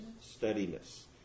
Steadiness